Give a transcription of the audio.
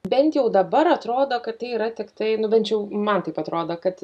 bent jau dabar atrodo kad yra tiktai nu bent jau man taip atrodo kad